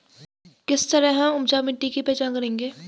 किस तरह हम उपजाऊ मिट्टी की पहचान करेंगे?